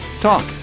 Talk